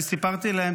אני סיפרתי להם,